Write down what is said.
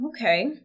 Okay